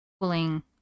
pulling